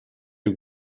you